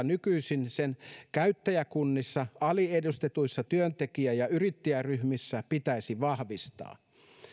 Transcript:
nykyisin sen käyttäjäkunnissa aliedustetuissa työntekijä ja yrittäjäryhmissä pitäisi vahvistaa